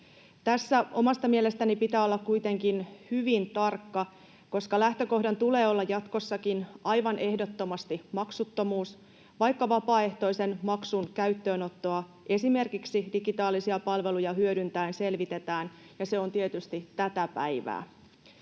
Tässä omasta mielestäni pitää olla kuitenkin hyvin tarkka, koska lähtökohdan tulee olla jatkossakin aivan ehdottomasti maksuttomuus, vaikka vapaaehtoisen maksun käyttöönottoa esimerkiksi digitaalisia palveluja hyödyntäen selvitetään, ja se on tietysti tätä päivää.